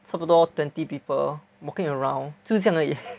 差不多 twenty people walking around 就是这样而已